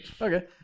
Okay